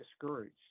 discouraged